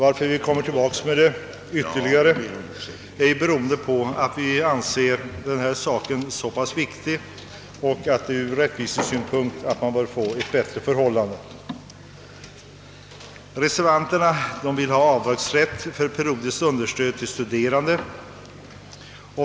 Anledningen till att vi i dag kommer tillbaka med dem är att vi anser det vara viktigt att man ur rättvisesynpunkt får fram ett bättre förhållande. Reservanterna vill ha avdragsrätt för periodiskt understöd till studerande.